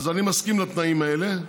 אז אני מסכים לתנאים האלה,